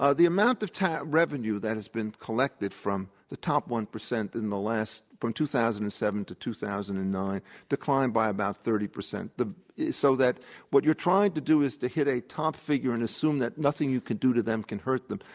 ah the amount of revenue that has been collected from the top one percent in the last from two thousand and seven to two thousand and nine declined by about thirty percent, so that what you're trying to do is to hit a top figure and assume that nothing you could do to them can hurt them.